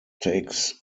takes